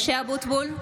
אבוטבול,